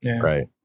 Right